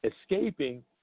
escaping